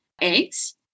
Eggs